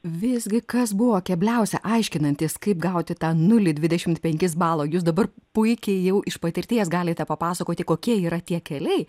visgi kas buvo kebliausia aiškinantis kaip gauti tą nulį dvidešimt penkis balo jūs dabar puikiai jau iš patirties galite papasakoti kokie yra tie keliai